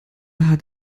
hat